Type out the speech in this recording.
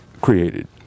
created